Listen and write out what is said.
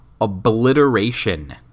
obliteration